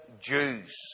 Jews